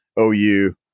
OU